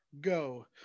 go